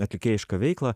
atikėjišką veiklą